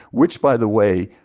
which, by the way,